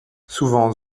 souvent